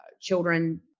children